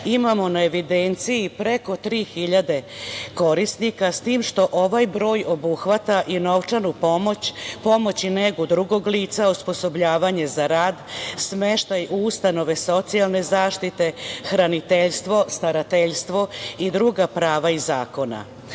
Imamo na evidenciji preko tri hiljade korisnika, s tim što ovaj broj obuhvata i novčanu pomoć i negu drugog lica, osposobljavanje za rad, smeštaj u ustanove socijalne zaštite, hraniteljstvo, starateljstvo i druga prava iz zakona.U